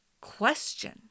question